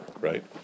right